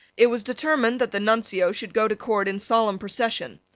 it was determined that the nuncio should go to court in solemn procession.